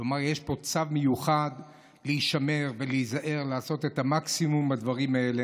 כלומר יש פה צו מיוחד להישמר ולהיזהר ולעשות את המקסימום בדברים האלה.